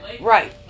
Right